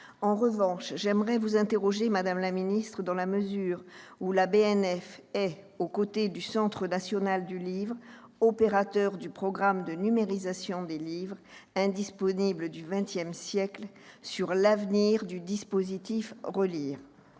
En revanche, j'aimerais vous interroger, madame la ministre, dans la mesure où la BNF est, aux côtés du Centre national du livre, opérateur du programme de numérisation des livres indisponibles du XX siècle, sur l'avenir du dispositif ReLIRE.